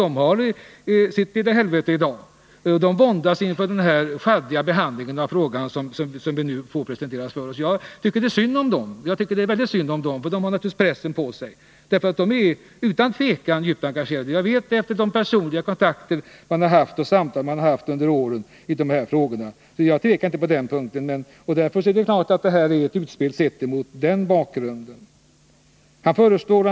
De har sitt lilla helvete i dag, och de våndas inför den behandling av frågan som nu presenteras för oss. Jag tycker det är synd om dem, för de har naturligtvis en press på sig. Jag tvivlar alltså inte på att de är djupt engagerade, utan jag vet att de är det, efter de personliga kontakter och samtal om sådana här frågor som jag har haft med dem under årens lopp. Sett mot den här bakgrunden är kanslichefens uttalande ett utspel.